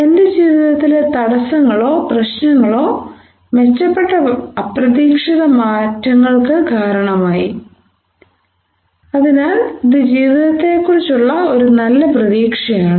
എന്റെ ജീവിതത്തിലെ തടസ്സങ്ങളോ പ്രശ്നങ്ങളോ മെച്ചപ്പെട്ട അപ്രതീക്ഷിത മാറ്റങ്ങൾക്ക് കാരണമായി അതിനാൽ ഇത് ജീവിതത്തെക്കുറിച്ചുള്ള ഒരു നല്ല പ്രതീക്ഷയാണ്